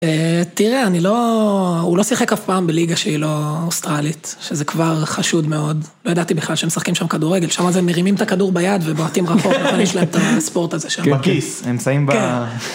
תראה, אני לא... הוא לא שיחק אף פעם בליגה שהיא לא אוסטרלית, שזה כבר חשוד מאוד. לא ידעתי בכלל שמשחקים שם כדורגל, שם אז הם מרימים את הכדור ביד ובועטים רחוק, אבל יש להם את הספורט הזה שם. בכיס, הם שמים ב...